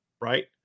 Right